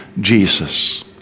Jesus